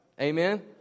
Amen